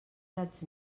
gats